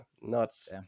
Nuts